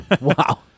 Wow